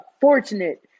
fortunate